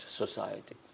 society